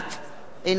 אינה נוכחת